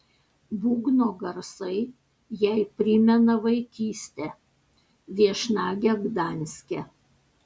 būgno garsai jai primena vaikystę viešnagę gdanske